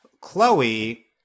Chloe